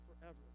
forever